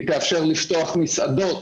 תאפשר לפתוח מסעדות,